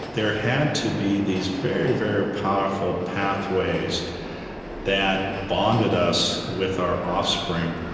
there had to be these very very powerful pathways that bonded us with our offspring.